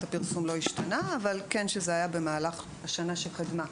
הפרסום לא השתנה אבל שזה היה במהלך השנה שקדמה.